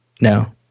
no